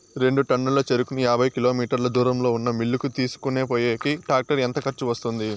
రెండు టన్నుల చెరుకును యాభై కిలోమీటర్ల దూరంలో ఉన్న మిల్లు కు తీసుకొనిపోయేకి టాక్టర్ కు ఎంత ఖర్చు వస్తుంది?